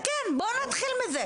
כן, בוא נתחיל מזה.